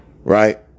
right